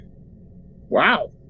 Wow